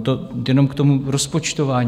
To jenom k tomu rozpočtování.